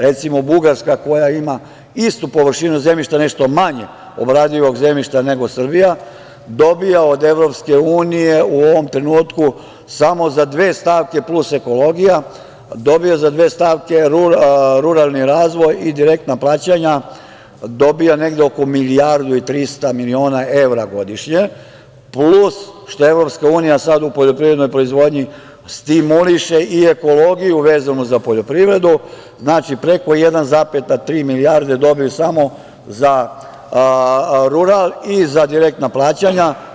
Recimo, Bugarska, koja ima istu površinu zemljišta, nešto manje obradivog zemljišta nego Srbija, dobija od EU u ovom trenutku samo za dve stavke plus ekologija - ruralni razvoj i direktna plaćanja, negde oko milijardu i 300 miliona evra godišnje, plus što EU sada u poljoprivrednoj proizvodnji stimuliše i ekologiju vezano za poljoprivredu, znači preko 1,3 milijarde dobiju samo za rural i za direktna plaćanja.